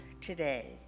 today